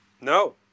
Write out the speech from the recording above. no